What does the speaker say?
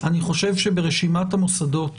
שאני חושב שברשימת המוסדות